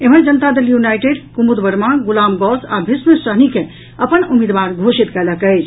एम्हर जनता दल यूनाईटेड कुमुद वर्मा गुलाम गौस आ भीष्म सहनी के अपन उम्मीदवार घोषित कयलक अछि